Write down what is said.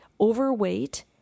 overweight